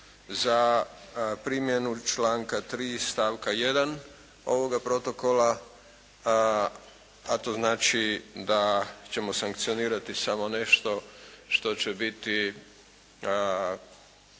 za primjenu članka 3. stavka 1. ovoga protokola, a to znači da ćemo sankcionirati samo nešto što će biti